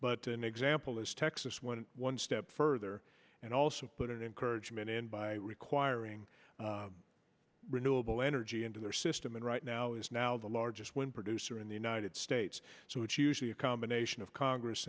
but an example is texas went one step further and also put in encouragement and by requiring renewable energy into their system and right now is now the largest wind producer in the united states so it's usually a combination of congress